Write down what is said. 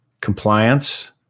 compliance